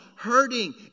Hurting